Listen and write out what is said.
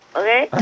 okay